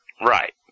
Right